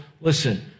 listen